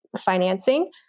financing